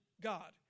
God